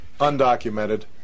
undocumented